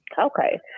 Okay